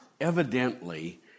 Evidently